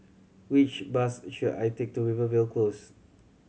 which bus should I take to Rivervale Close